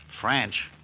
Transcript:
French